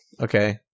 Okay